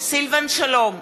סילבן שלום,